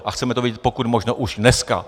A chceme to vědět pokud možno už dneska.